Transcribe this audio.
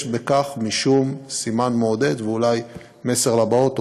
יש בכך משום סימן מעודד, ואולי מסר לבאות.